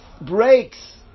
breaks